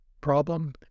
problem